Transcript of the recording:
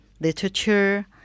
literature